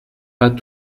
pas